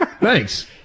Thanks